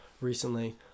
recently